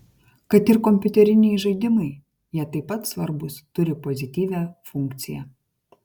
kad ir kompiuteriniai žaidimai jie taip pat svarbūs turi pozityvią funkciją